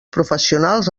professionals